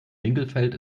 winkelfeld